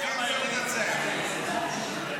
הוא מתנוסס גם היום.